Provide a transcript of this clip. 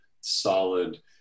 solid